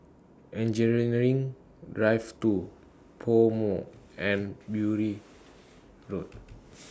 Engineering Drive two Pomo and Bury Road